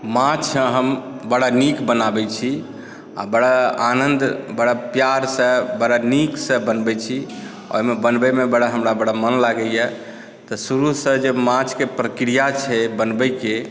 माछ हम बड़ा नीक बनाबैत छी आ बड़ा आनन्द बड़ा प्यारसँ बड़ा नीकसँ बनबैत छी आ ओहिमे बनबयमे बड़ा हमरा बड़ा मन लागैए तऽ शुरूसँ जे माछकेँ प्रक्रिया छै बनबयके